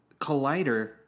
Collider